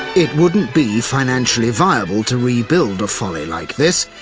it wouldn't be financially viable to rebuild a folly like this.